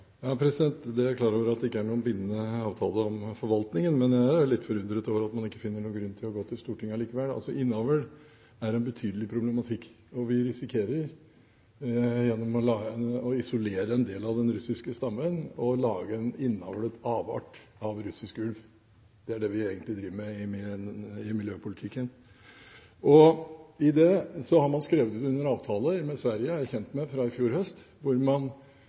er klar over at det ikke er noen bindende avtale om forvaltningen. Men jeg er litt forundret over at man ikke finner noen grunn til å gå til Stortinget likevel. Innavl er et betydelig problem. Vi risikerer, gjennom å isolere en del av den russiske stammen, å lage en innavlet avart av russisk ulv. Det er det vi egentlig driver med i miljøpolitikken. Så har man skrevet under avtaler med Sverige – det er jeg kjent med fra i fjor høst – hvor man